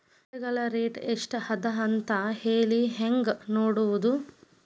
ಬೆಳೆಗಳ ರೇಟ್ ಎಷ್ಟ ಅದ ಅಂತ ಹೇಳಿ ಹೆಂಗ್ ನೋಡುವುದು?